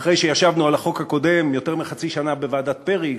אחרי שישבנו על החוק הקודם יותר מחצי שנה בוועדת פרי,